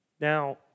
Now